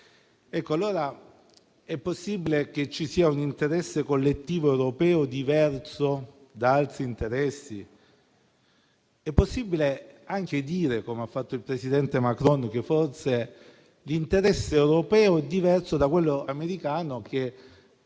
È dunque possibile che ci sia un interesse collettivo europeo diverso da altri interessi? Forse si può dire, come ha fatto il presidente Macron, che l'interesse europeo è diverso da quello americano,